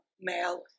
Male